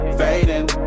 fading